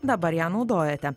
dabar ją naudojate